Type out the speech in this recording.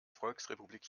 volksrepublik